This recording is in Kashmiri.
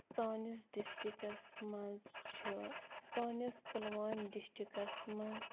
سٲنِس ڈِسٹرکَس منٛز چھُ سٲنِس پُلوٲمۍ ڈِسٹرکَس منٛز